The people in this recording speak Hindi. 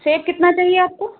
सेब कितना चाहिए आपको